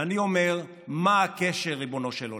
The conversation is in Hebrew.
ואני אומר, מה הקשר, ריבונו של עולם?